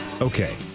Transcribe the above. Okay